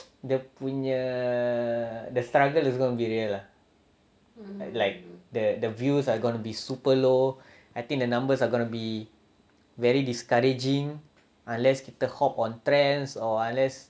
dia punya the struggle is gonna be real lah like the the views are gonna be super low I think the numbers are gonna be very discouraging unless kita hop on trends or unless